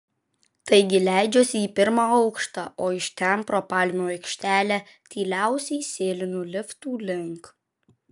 taigi leidžiuosi į pirmą aukštą o iš ten pro palmių aikštelę tyliausiai sėlinu liftų link